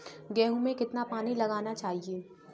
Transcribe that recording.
गेहूँ में कितना पानी लगाना चाहिए?